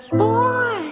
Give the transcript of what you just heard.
boy